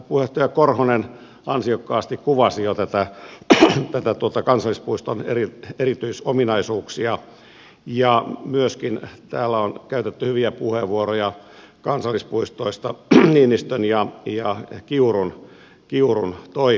täällä puheenjohtaja korhonen ansiokkaasti kuvasi jo tuon kansallispuiston erityisominaisuuksia ja myöskin täällä on käytetty hyviä puheenvuoroja kansallispuistoista niinistön ja kiurun toimesta